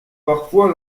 parfois